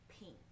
pink